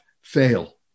fail